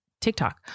TikTok